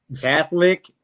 Catholic